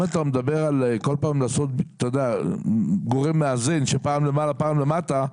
אם אתה מדבר על גורם מאזן שפעם למעלה ופעם למטה,